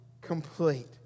complete